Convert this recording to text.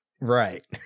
right